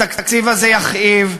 התקציב הזה יכאיב,